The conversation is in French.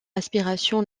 aspirations